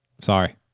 Sorry